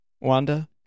Wanda